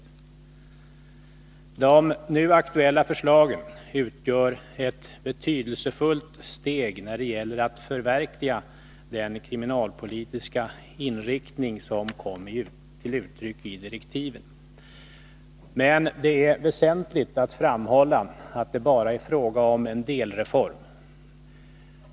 De nu aktuella förslagen utgör ett betydelsefullt steg när det gäller att förverkliga den kriminalpolitiska inriktning som kom till uttryck i direktiven. Men det är väsentligt att framhålla att det bara är fråga om en delreform.